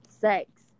sex